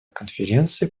конференции